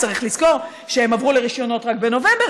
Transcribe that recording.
צריך לזכור שהם עברו לרישיונות רק בנובמבר,